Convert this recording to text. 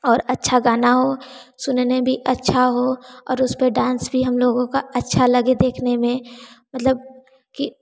और अच्छा गाना हो सुनने में भी अच्छा हो और उस पर डांस भी हम लोगों का अच्छा लगे देखने में मतलब कि